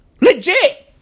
Legit